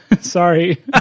sorry